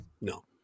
No